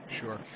Sure